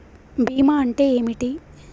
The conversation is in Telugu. బీమా అంటే ఏమిటి?